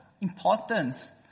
importance